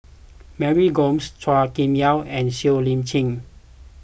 Mary Gomes Chua Kim Yeow and Siow Lee Chin